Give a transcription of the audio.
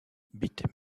bit